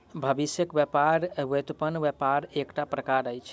भविष्यक व्यापार व्युत्पन्न व्यापारक एकटा प्रकार अछि